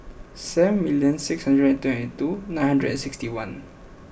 seven million six hundred and twenty two nine hundred and sixty one